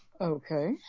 Okay